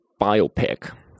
biopic